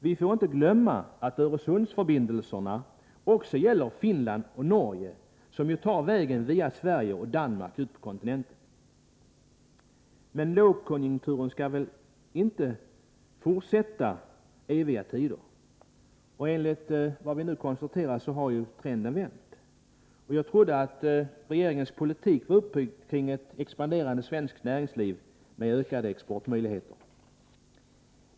Vi får inte glömma att Öresundsförbindelserna också gäller Finland och Norge, varifrån man ju tar vägen via Sverige och Danmark ut till kontinenten. Men lågkonjunkturen skall väl inte fortsätta i eviga tider, och enligt vad vi nu konstaterar har trenden vänt. Jag trodde att regeringens politik var uppbyggd kring ett expanderande svenskt näringsliv med ökade exportmöjligheter.